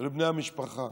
ולבני המשפחה.